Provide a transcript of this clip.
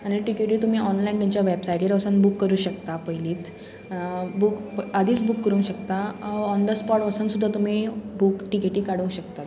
आनी टिकेटी तुमी ऑनलायन तेंच्या वॅबसायटीर वोसोन बूक करूं शकता पयलींच बूक आदींच बूक करूंक शकता ऑन द स्पोट वसोन सुद्दां तुमी बूक टिकेटी काडूंक शकतात